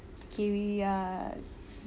okay we are